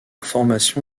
formation